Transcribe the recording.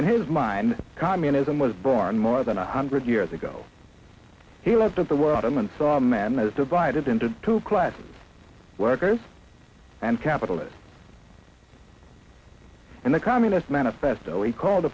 in his mind communism was born more than a hundred years ago he left of the world him and saw a man as divided into two classes of workers and capitalists and the communist manifesto he called